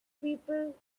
people